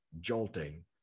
jolting